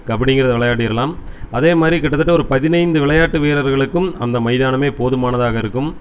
கபடிங்கிறதை விளையாடிர்லாம் அதேமாதிரி கிட்டதட்ட ஒரு பதினைந்து விளையாட்டு வீரர்களுக்கும் அந்த மைதானமே போதுமானதாக இருக்கும்